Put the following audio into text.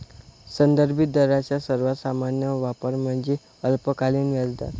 संदर्भित दरांचा सर्वात सामान्य वापर म्हणजे अल्पकालीन व्याजदर